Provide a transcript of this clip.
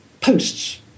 posts